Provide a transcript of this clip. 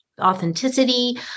authenticity